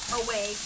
away